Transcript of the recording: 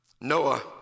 Noah